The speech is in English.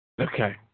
Okay